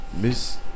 Miss